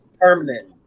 Permanent